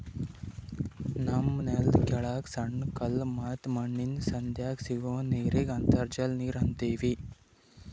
ನಮ್ಮ್ ನೆಲ್ದ ಕೆಳಗ್ ಸಣ್ಣ ಕಲ್ಲ ಮತ್ತ್ ಮಣ್ಣಿನ್ ಸಂಧ್ಯಾಗ್ ಸಿಗೋ ನೀರಿಗ್ ಅಂತರ್ಜಲ ನೀರ್ ಅಂತೀವಿ